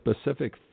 specific